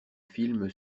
film